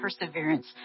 perseverance